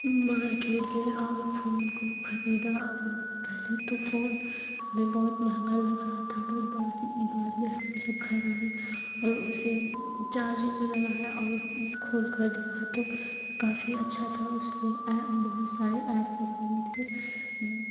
market गये और phone को खरीदा और पहले तो फ़ोन हमें बहुत महँगा लग रहा था पर बाद में बाद में जब घर आए और उसे चार्जिंग में लगाया और खोलकर देखा तो काफ़ी अच्छा था उसमें एप्प बहुत सारे एप्प थे